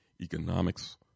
economics